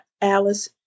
Alice